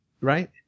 Right